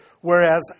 whereas